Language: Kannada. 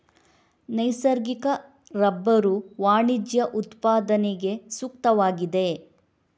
ನೈಸರ್ಗಿಕ ರಬ್ಬರು ವಾಣಿಜ್ಯ ಉತ್ಪಾದನೆಗೆ ಸೂಕ್ತವಾಗಿದೆ